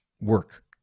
work